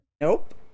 Nope